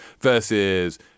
versus